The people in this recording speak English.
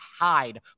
hide